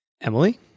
Emily